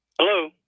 Hello